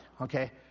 Okay